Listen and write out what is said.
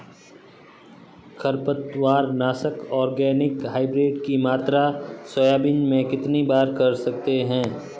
खरपतवार नाशक organic hybrid की मात्रा सोयाबीन में कितनी कर सकते हैं?